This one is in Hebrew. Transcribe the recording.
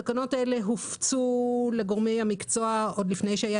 תקנות אלה הופצו לגורמי המקצוע - עוד לפני שהיה